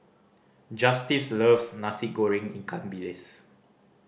Justice loves Nasi Goreng ikan bilis